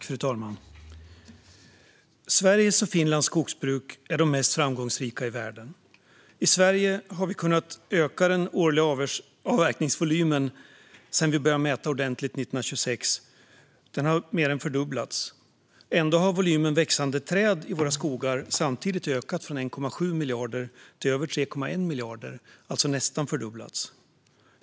Fru talman! Sveriges och Finlands skogsbruk är de mest framgångsrika i världen. I Sverige har vi kunnat öka den årliga avverkningsvolymen sedan vi började mäta ordentligt 1926. Den har mer än fördubblats. Ändå har volymen växande träd i våra skogar samtidigt ökat från 1,7 miljarder kubikmeter till över 3,1 miljarder, alltså nästan fördubblats.